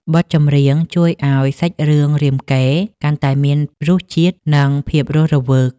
បទចម្រៀងជួយឱ្យសាច់រឿងរាមកេរ្តិ៍កាន់តែមានរសជាតិ និងភាពរស់រវើក។